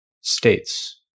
states